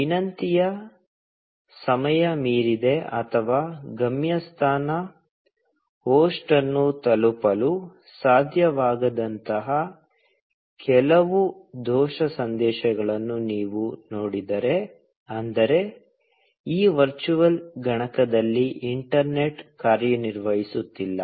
ವಿನಂತಿಯ ಸಮಯ ಮೀರಿದೆ ಅಥವಾ ಗಮ್ಯಸ್ಥಾನ ಹೋಸ್ಟ್ ಅನ್ನು ತಲುಪಲು ಸಾಧ್ಯವಾಗದಂತಹ ಕೆಲವು ದೋಷ ಸಂದೇಶಗಳನ್ನು ನೀವು ನೋಡಿದರೆ ಅಂದರೆ ಈ ವರ್ಚುವಲ್ ಗಣಕದಲ್ಲಿ ಇಂಟರ್ನೆಟ್ ಕಾರ್ಯನಿರ್ವಹಿಸುತ್ತಿಲ್ಲ